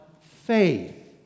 faith